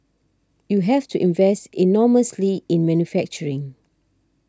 you have to invest enormously in manufacturing